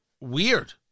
weird